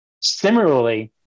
Similarly